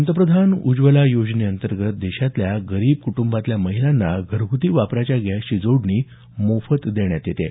पंतप्रधान उज्ज्वला योजनेअंतर्गत देशातल्या गरीब कुटुंबातल्या महिलांना घरगृती वापराच्या गॅसची जोडणी मोफत देण्यात येत आहे